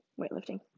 weightlifting